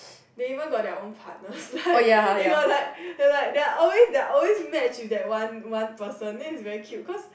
they even got their own partner like they got like they like they are always they are always match with the one the one person then is very cute